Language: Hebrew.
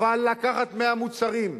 אבל לקחת מהמוצרים,